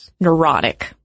neurotic